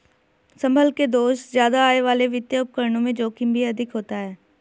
संभल के दोस्त ज्यादा आय वाले वित्तीय उपकरणों में जोखिम भी अधिक होता है